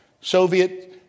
Soviet